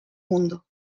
mundo